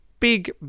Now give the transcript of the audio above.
Big